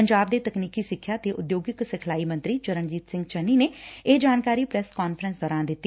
ਪੰਜਾਬ ਦੇ ਤਕਨੀਕੀ ਸਿੱਖਿਆ ਤੇ ਉਦਯੋਗਿਕ ਸਿਖਲਾਈ ਮੰਤਰੀ ਚਰਨਜੀਤ ਸਿੰਘ ਚੰਨੀ ਨੇ ਇਹ ਜਾਣਕਾਰੀ ਪ੍ਰੈਸ ਕਾਨਫਰੰਸ ਦੌਰਾਨ ਦਿੱਤੀ